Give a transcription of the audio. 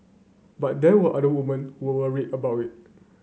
but there were other woman who were worried about it